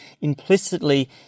implicitly